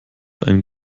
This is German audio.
einen